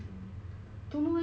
!huh!